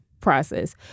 process